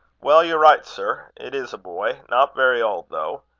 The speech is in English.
well, you're right, sir. it is a boy. not very old, though.